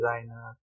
designer